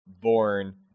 born